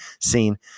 scene